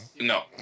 No